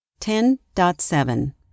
10.7